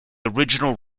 original